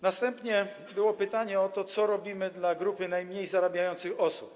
Następnie było pytanie o to, co robimy dla grupy najmniej zarabiających osób.